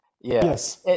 Yes